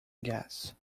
gas